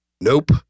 Nope